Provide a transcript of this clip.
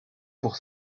pour